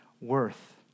worth